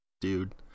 dude